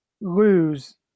lose